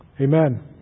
Amen